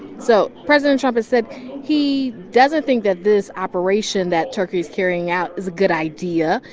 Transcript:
so president trump has said he doesn't think that this operation that turkey is carrying out is a good idea.